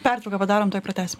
pertrauką padarome tuoj pratęsim